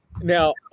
Now